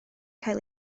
cael